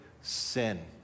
sin